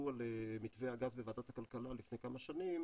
על מתווה הגז בוועדת הכלכלה לפני כמה שנים